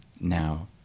now